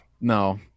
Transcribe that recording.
no